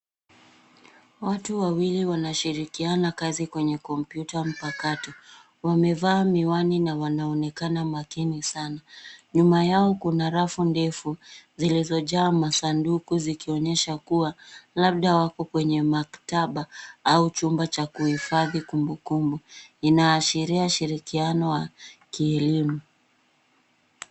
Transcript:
Watu wawili wanashirikiana kazi kwenye kompyuta mpakato. Wamevaa miwani na wanaonekana makini sana. Nyuma yao kuna rafu ndefu zilizojazwa masanduku zikionyesha kuwa labda wako kwenye maktaba au chumba cha kuhifadhi kumbukumbu. Inaashiria shirikiano wa kielimu.